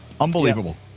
Unbelievable